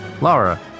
Laura